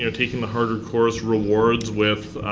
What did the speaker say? you know taking the harder course rewards with